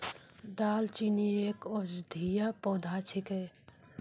दालचीनी एक औषधीय पौधा छिकै